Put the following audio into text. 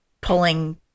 pulling